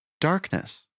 darkness